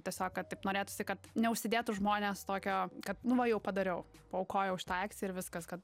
tiesiog kad taip norėtųsi kad neužsidėtų žmonės tokio kad nu va jau padariau paaukojau šitai akcijai ir viskas kad